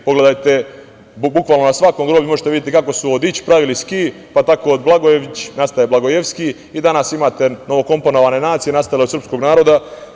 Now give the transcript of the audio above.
Pogledajte, bukvalno na svakom grobu možete da vidite kako su od „ić“ pravili „ski“ pa tako od Blagojević, nastaje Blagojevski i danas imate novokomponovane nacije nastale od srpskog naroda.